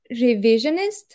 revisionist